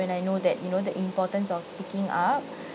when I know that you know the importance of speaking up